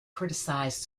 criticised